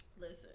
listen